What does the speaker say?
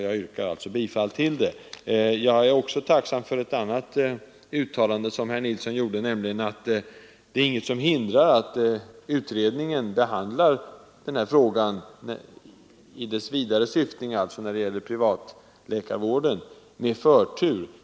Jag yrkar alltså bifall till utskottets hemställan. Jag är också tacksam för ett annat uttalande som herr Nilsson gjorde, nämligen att ingenting hindrar att utredningen behandlar den här frågan i dess vidare syftning, alltså när det gäller privatläkarvården, med förtur.